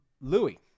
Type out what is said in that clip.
Louis